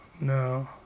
No